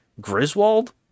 Griswold